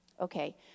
Okay